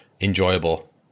enjoyable